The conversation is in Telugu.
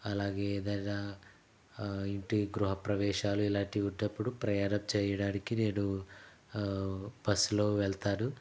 అలాగే ఏదైనా ఇంటి గృహప్రవేశాలు ఇలాంటి ఉన్నప్పుడు ప్రయాణం చేయడానికి నేను బస్లో వెళ్తాను